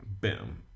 Boom